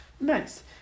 Nice